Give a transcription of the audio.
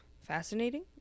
fascinating